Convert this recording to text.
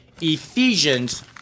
Ephesians